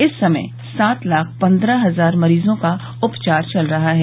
इस समय सात लाख पन्द्रह हजार मरीजों का उपचार चल रहा है